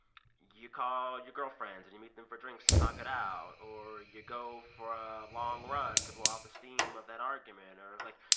you call your girlfriends. and you meet them for drinks to talk it out. or you go for a long run to blow off the steam of that argument. or, like,